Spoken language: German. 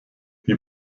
die